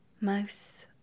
mouth